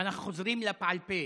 אנחנו חוזרים לבעל פה,